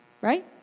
Right